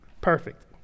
Perfect